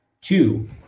two